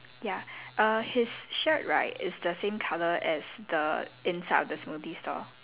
ya err his shirt right is the same colour as the inside of the smoothie store